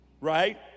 Right